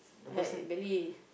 uh belly